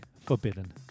Forbidden